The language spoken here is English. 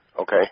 Okay